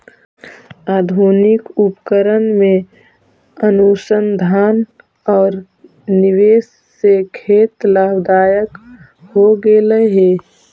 आधुनिक उपकरण में अनुसंधान औउर निवेश से खेत लाभदायक हो गेलई हे